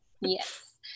Yes